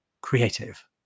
creative